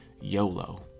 yolo